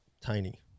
tiny